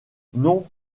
non